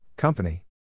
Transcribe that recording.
Company